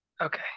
Okay